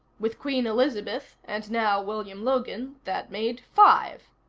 with queen elizabeth, and now william logan, that made five.